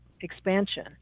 expansion